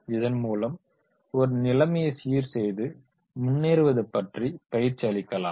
இதன் மூலம் ஒரு நிலைமையை சீர்செய்து முன்னேறுவது பற்றி பயிற்சி அளிக்கலாம்